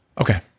Okay